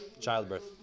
Childbirth